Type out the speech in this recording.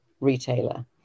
retailer